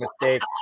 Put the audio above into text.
mistake